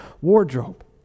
wardrobe